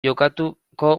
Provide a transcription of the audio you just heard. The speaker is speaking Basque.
jokatuko